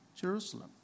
Jerusalem